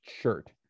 shirt